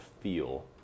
feel